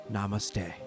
Namaste